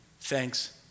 thanks